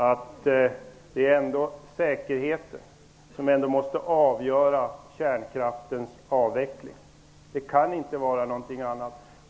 Det är ändå säkerheten som måste vara avgörande för kärnkraftens avveckling, ingenting annat.